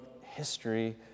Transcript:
history